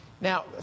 Now